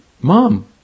Mom